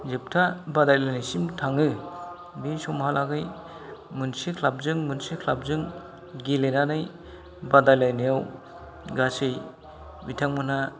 जोबथा बादायलायनायसिम थाङो बे समहालागै मोनसे क्लाबजों मोनसे क्लाबजों गेलेनानै बादायलायनायाव गासै बिथांमोनहा